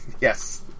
yes